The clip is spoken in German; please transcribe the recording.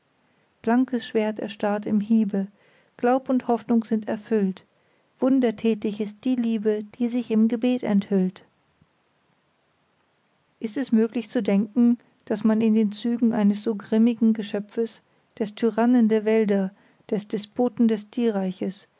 blankes schwert erstarrt im hiebe glaub und hoffnung sind erfüllt wundertätig ist die liebe die sich im gebet enthüllt ist es möglich zu denken daß man in den zügen eines so grimmigen geschöpfes des tyrannen der wälder des despoten des tierreiches